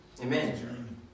Amen